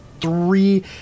three